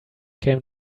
came